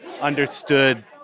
understood